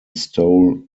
stole